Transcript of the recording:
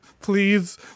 Please